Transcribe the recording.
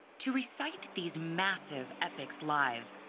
to recite these massive epics live,